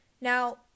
now